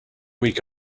week